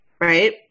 right